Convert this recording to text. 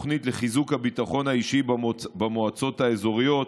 תוכנית לחיזוק הביטחון האישי במועצות האזוריות,